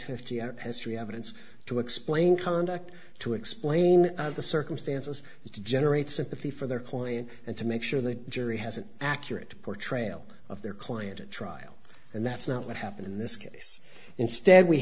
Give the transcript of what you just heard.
fifty year history evidence to explain conduct to explain the circumstances to generate sympathy for their client and to make sure the jury has an accurate portrayal of their client at trial and that's not what happened in this case instead we